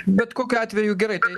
bet kokiu atveju gerai tai